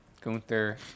Gunther